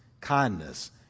kindness